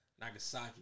Nagasaki